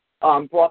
brought